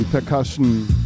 percussion